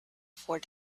for